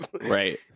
right